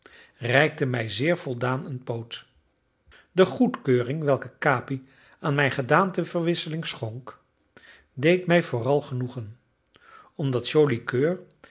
reikte mij zeer voldaan een poot de goedkeuring welke capi aan mijn gedaanteverwisseling schonk deed mij vooral genoegen omdat